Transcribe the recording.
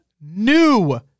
new